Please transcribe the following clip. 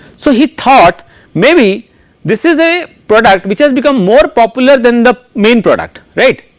so he thought maybe this is ah product which is become more popular than the main product right,